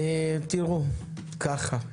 אני